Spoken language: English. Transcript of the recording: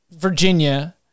Virginia